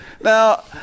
Now